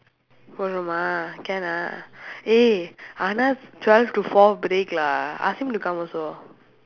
confirm ah can ah eh anand twelve to four break lah ask him to come also